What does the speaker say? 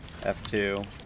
F2